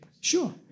Sure